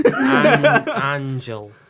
Angel